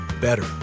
better